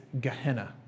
Gehenna